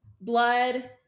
blood